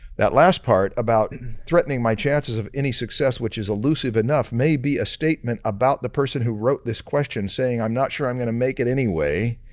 that last part about and threatening my chances of any success which is elusive enough maybe a statement about the person who wrote this question saying not sure i'm gonna make it anyway